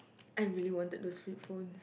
I really wanted to switch phone